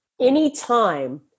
anytime